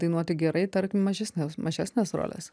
dainuoti gerai tarkim mažesnes mažesnes roles